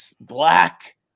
black